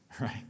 right